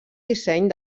disseny